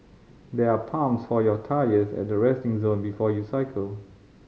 there are pumps for your tyres at the resting zone before you cycle